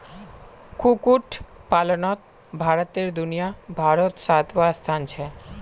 कुक्कुट पलानोत भारतेर दुनियाभारोत सातवाँ स्थान छे